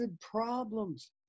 problems